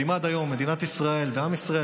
ואם עד היום מדינת ישראל ועם ישראל,